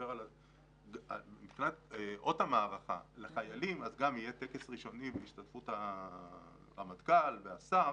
אות המערכה לחיילים יהיה טקס ראשוני בהשתתפות הרמטכ"ל והשר.